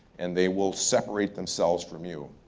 and they will separate themselves from you.